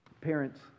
Parents